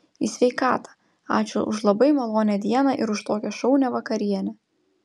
į sveikatą ačiū už labai malonią dieną ir už tokią šaunią vakarienę